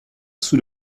sous